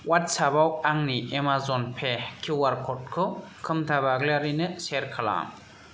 अवाट्सापाव आंनि Amazon Pay QR कडखौ खोमथा बाग्लारिनो सेयार खालाम